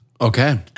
Okay